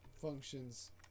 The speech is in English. Functions